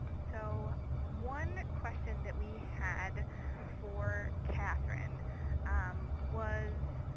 so one question that we had for catherine um was,